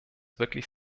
wirklich